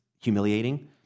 humiliating